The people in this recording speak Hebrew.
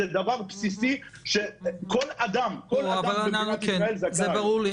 זה דבר בסיסי שכל אדם בישראל זכאי להם.